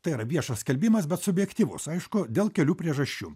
tai yra viešas skelbimas bet subjektyvus aišku dėl kelių priežasčių